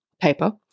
paper